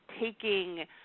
taking